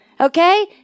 Okay